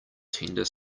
tender